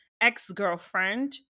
ex-girlfriend